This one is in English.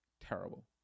terrible